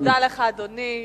אני מודה לך, אדוני.